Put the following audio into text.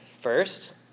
First